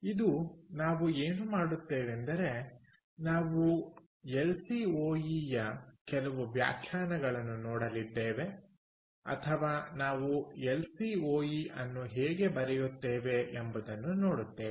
ಇಂದು ನಾವು ಏನು ಮಾಡುತ್ತೇವೆಂದರೆ ನಾವು ಎಲ್ ಸಿ ಓ ಇ ಯ ಕೆಲವು ವ್ಯಾಖ್ಯಾನಗಳನ್ನು ನೋಡಲಿದ್ದೇವೆ ಅಥವಾ ನಾವು ಎಲ್ ಸಿ ಓ ಇ ಅನ್ನು ಹೇಗೆ ಬರೆಯುತ್ತೇವೆ ಎಂಬುದನ್ನು ನೋಡುತ್ತೇವೆ